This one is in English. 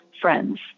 Friends